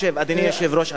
אדוני היושב-ראש,